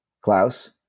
Klaus